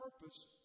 purpose